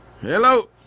Hello